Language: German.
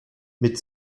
mit